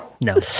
No